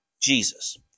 Jesus